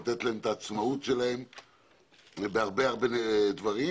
לתת להן את העצמאות שלהן בהרבה דברים,